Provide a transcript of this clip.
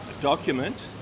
document